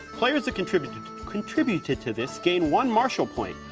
players that contributed contributed to this gain one marshal point.